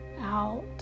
out